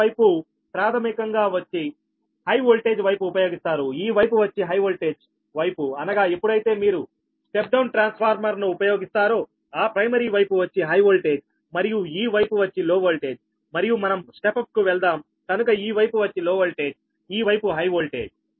star వైపు ప్రాథమికంగా వచ్చి హై వోల్టేజ్ వైపు ఉపయోగిస్తారు ఈ వైపు వచ్చి హై వోల్టేజ్ వైపు అనగా ఎప్పుడైతే మీరు స్టెప్ డౌన్ ట్రాన్స్ఫార్మర్ ను ఉపయోగిస్తారోఆ ప్రైమరీ వైపు వచ్చి హై వోల్టేజ్ మరియు ఈ వైపు వచ్చి లో ఓల్టేజ్ మరియు మనం స్టెప్ అప్ కు వెళ్దాం కనుక ఈ వైపు వచ్చి లో వోల్టేజ్ ఈ వైపు హై వోల్టేజ్